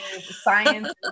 Science